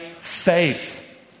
faith